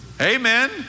Amen